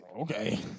Okay